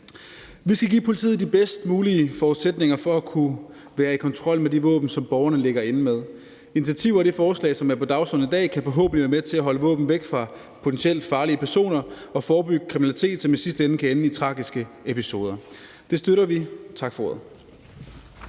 Vi skal give politiet de bedst mulige forudsætninger for at kunne være i kontrol med de våben, som borgerne ligger inde med. Initiativerne i det forslag, som er på dagsordenen i dag, kan forhåbentlig være med til at holde våben væk fra potentielt farlige personer og forebygge kriminalitet, som i sidste ende kan ende i tragiske episoder. Det støtter vi. Tak for ordet.